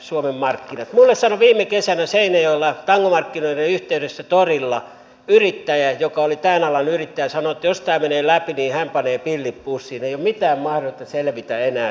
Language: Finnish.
minulle sanoi viime kesänä seinäjoella tangomarkkinoiden yhteydessä torilla tämän alan yrittäjä että jos tämä menee läpi niin hän panee pillit pussiin ei ole mitään mahdollisuutta selvitä enää siinä jatkossa